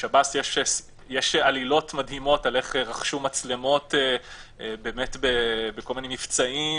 לשב"ס יש עלילות מדהימות איך רכשו מצלמות בכל מיני מבצעים